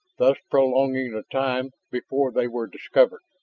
thus prolonging the time before they were discovered.